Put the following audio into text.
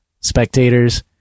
spectators